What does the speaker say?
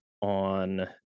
on